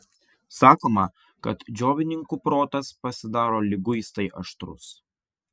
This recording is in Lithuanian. sakoma kad džiovininkų protas pasidaro liguistai aštrus